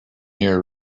year